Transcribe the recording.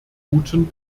guten